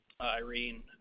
Irene